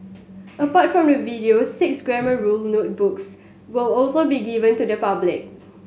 apart from the videos six Grammar Rule notebooks will also be given to the public